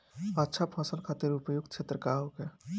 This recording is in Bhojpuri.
अच्छा फसल खातिर उपयुक्त क्षेत्र का होखे?